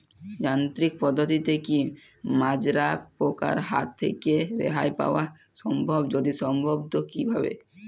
যান্ত্রিক পদ্ধতিতে কী মাজরা পোকার হাত থেকে রেহাই পাওয়া সম্ভব যদি সম্ভব তো কী ভাবে?